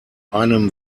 einem